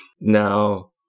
Now